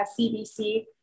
CBC